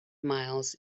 miles